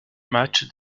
matchs